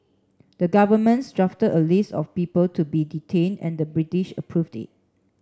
the governments drafted a list of people to be detain and the British approved it